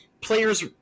players